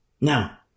Now